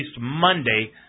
Monday